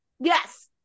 Yes